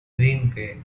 greenway